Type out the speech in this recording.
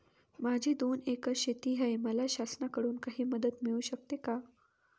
माझी दोन एकर शेती आहे, मला शासनाकडून काही मदत मिळू शकते का?